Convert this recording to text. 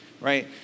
right